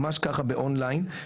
ממש כך באון ליין.